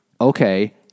okay